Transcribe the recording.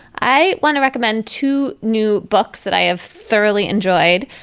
i want to recommend two new books that i have thoroughly enjoyed.